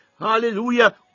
Hallelujah